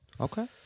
Okay